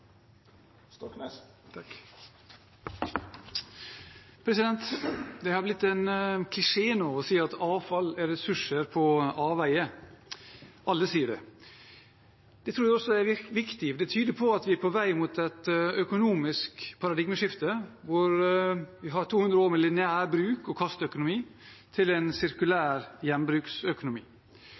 Det har nå blitt en klisjé å si at avfall er ressurser på avveier. Alle sier det. Det tror jeg også er viktig. Det tyder på at vi er på vei mot et økonomisk paradigmeskifte, fra 200 år med lineær bruk-og-kast-økonomi til en sirkulær gjenbruksøkonomi. Jeg har jobbet med dette tema som forsker, som gründer og